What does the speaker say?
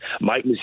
Mike